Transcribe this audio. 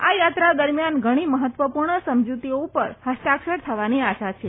આ યાત્રા દરમિયાન ઘણી મહત્વપુર્ણ સમજૂતીઓ પર હસ્તાક્ષર થવાની આશા છે